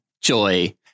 Joy